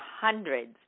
hundreds